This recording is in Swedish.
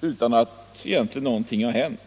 utan att någonting egentligen har hänt.